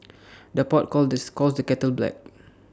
the pot calls the score the kettle black